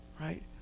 right